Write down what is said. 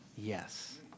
Yes